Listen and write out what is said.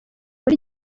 muri